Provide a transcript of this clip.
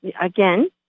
Again